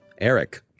Eric